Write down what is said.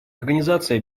организации